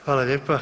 Hvala lijepa.